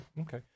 okay